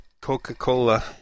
Coca-Cola